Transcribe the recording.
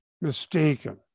mistaken